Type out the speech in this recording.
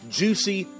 juicy